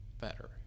better